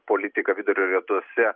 politika vidurio rytuose